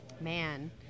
Man